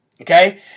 Okay